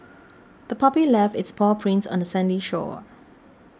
the puppy left its paw prints on the sandy shore